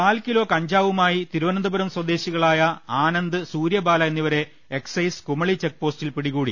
കാൽകിലോ കഞ്ചാവുമായി തിരുവനന്തപുരം സ്വദേശികളായ ആ നന്ദ് സൂര്യബാല എന്നിവരെ എക്സൈസ് കുമളി ചെക്ക്പോസ്റ്റിൽ പിടികൂടി